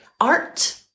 art